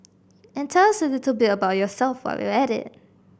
and tell us a little bit about yourself while you're at it